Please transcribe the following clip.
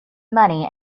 money